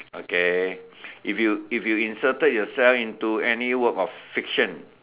okay if you if you inserted yourself into any work of fiction